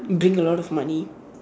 bring a lot of money